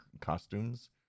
costumes